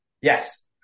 Yes